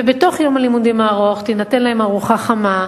ובתוך יום הלימודים הארוך תינתן להם ארוחה חמה,